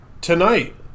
tonight